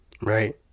right